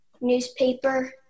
newspaper